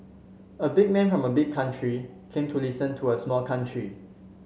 a big man from a big country came to listen to a small country